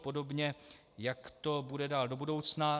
Podobně, jak to bude dál do budoucna.